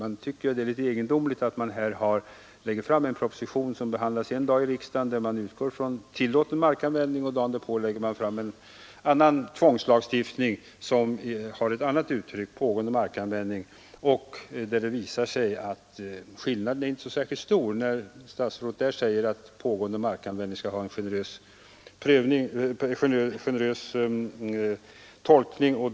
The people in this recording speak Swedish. Det är egendomligt att vi i dag skall behandla en proposition där det talas om tillåten markanvändning och i morgon skall behandla en tvångslagstiftning där det ingår ett annat uttryck, nämligen pågående markanvändning. Det visar sig att skillnaden inte är särskilt stor. Statsrådet säger att man skall ge en generös tolkning av begreppet pågående markanvändning.